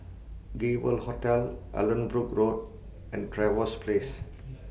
Gay World Hotel Allanbrooke Road and Trevose Place